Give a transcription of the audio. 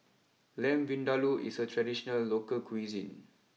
Lamb Vindaloo is a traditional local cuisine